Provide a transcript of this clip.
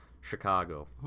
Chicago